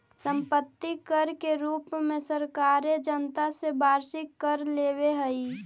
सम्पत्ति कर के रूप में सरकारें जनता से वार्षिक कर लेवेऽ हई